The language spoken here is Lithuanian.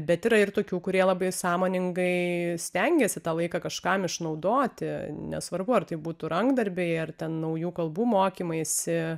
bet yra ir tokių kurie labai sąmoningai stengiasi tą laiką kažkam išnaudoti nesvarbu ar tai būtų rankdarbiai ar ten naujų kalbų mokymaisi